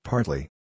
Partly